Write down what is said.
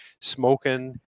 smoking